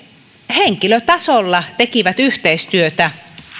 henkilötasolla tekivät yhteistyötä